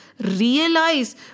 realize